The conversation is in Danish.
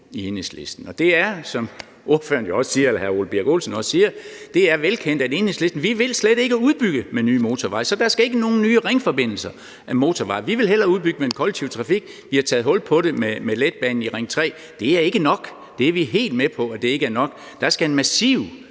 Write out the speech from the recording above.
i Enhedslisten, og det er, som ordføreren, hr. Ole Birk Olesen, også siger, velkendt, at Enhedslisten slet ikke vil udbygge med nye motorveje, så der skal ikke bygges nogen nye ringforbindelser af motorveje. Vi vil hellere udbygge med den kollektive trafik. Vi har taget hul på det med letbanen i Ring 3. Det er ikke nok – vi er helt med på, at det ikke er nok – der skal en massiv